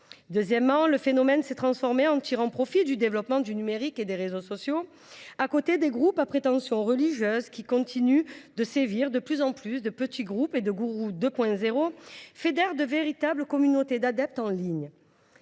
Deuxièmement, le phénomène s’est transformé en tirant profit du développement du numérique et des réseaux sociaux. Outre les groupes à prétention religieuse qui continuent de sévir, de plus en de plus de petits groupes et de « gourous 2.0 » fédèrent de véritables communautés d’adeptes en ligne.